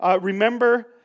Remember